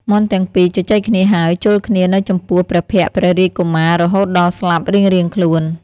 មាន់ទាំងពីរ ជជែកគ្នាហើយ ជល់គ្នានៅចំពោះព្រះភក្ត្រព្រះរាជកុមាររហូតដល់ស្លាប់រៀងៗខ្លួន ។